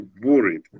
worried